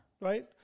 Right